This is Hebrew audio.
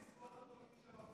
(חברי הכנסת מכבדים בקימה את זכרו של המנוח.)